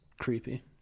creepy